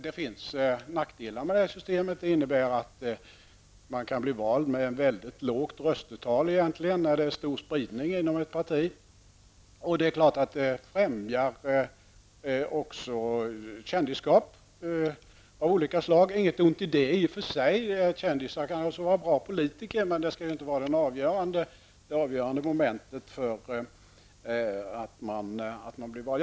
Det finns nämligen nackdelar med det finska systemet. Det medför att man kan bli vald med ett mycket lågt resultat om det finns en stor spridning inom ett parti. Det främjar naturligtvis också kändisskap av olika slag. Det är i och för sig inget ont i det. Kändisar kan också vara bra politiker, men det skall inte vara avgörande för om man blir vald.